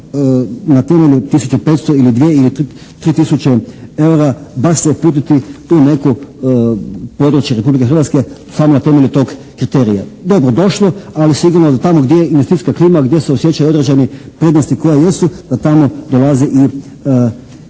na temelju 1500 ili 2 ili 3 tisuće EUR-a baš se uputiti u neko područje Republike Hrvatske samo na temelju tog kriterija. Dobro došlo, ali sigurno da tamo gdje je investicijska klima, gdje se osjećaju određene vrijednosti koje jesu, da tamo dolazi i